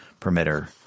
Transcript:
permitter